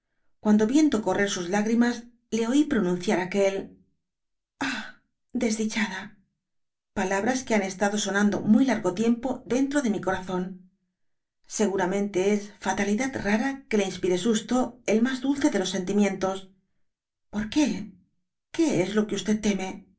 cuando yiendo correr sus lágrimas le oí pronunciar aquel ah desdichada palabras que han estado sonando muy largo tiempo dentro de mi corason seguranjien es fatalidad dby google rara que le inspire susto el mas dulce de los sentimientos por qué que es lo que teme